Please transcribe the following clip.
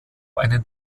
einen